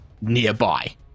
nearby